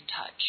touch